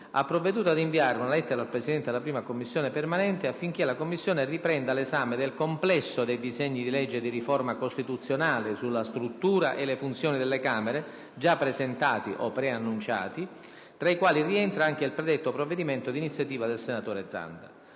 ha provveduto ad inviare una lettera al Presidente della la Commissione permanente, affinché la Commissione riprenda l'esame del complesso dei disegni di legge di riforma costituzionale sulla struttura e le funzioni delle Camere - già presentati o preannunciati - tra i quali rientra anche il predetto provvedimento di iniziativa del senatore Zanda.